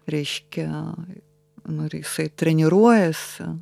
reiškia nu ir jisai treniruojasi